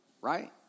right